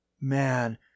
Man